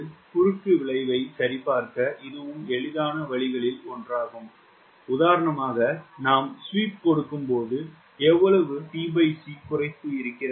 குறுக்கு விளைவைச் சரிபார்க்க இதுவும் எளிதான வழிகளில் ஒன்றாகும் உதாரணமாக நான் ஸ்வீப் கொடுக்கும் போது எவ்வளவு tc குறைப்பு இருக்கிறதா